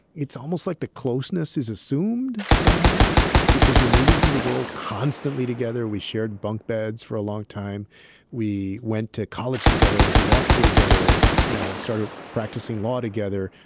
it's almost like the closeness is assumed somehow because you're moving through the world constantly together we shared bunk beds for a long time we went to college together, went to law school together, you know, started practicing law together,